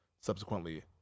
subsequently